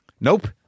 Nope